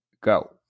go